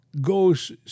Goes